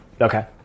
Okay